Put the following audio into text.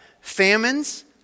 famines